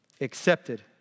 accepted